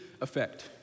Effect